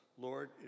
Lord